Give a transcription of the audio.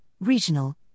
regional